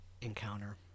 encounter